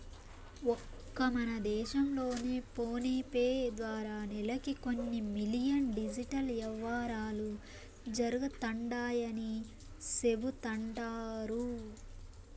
ఒక్క మన దేశం లోనే ఫోనేపే ద్వారా నెలకి కొన్ని మిలియన్ డిజిటల్ యవ్వారాలు జరుగుతండాయని సెబుతండారు